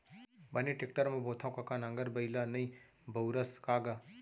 बने टेक्टर म बोथँव कका नांगर बइला नइ बउरस का गा?